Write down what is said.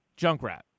Junkrat